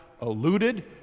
alluded